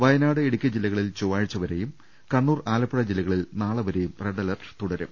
വയനാട് ഇടുക്കി ജില്ലകളിൽ ചൊവ്വാഴ്ച വരെയും കണ്ണൂർ ആലപ്പുഴ ജില്ലകളിൽ നാളെവരെയും റെഡ് അലർട്ട് തുടരും